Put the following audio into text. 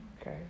Okay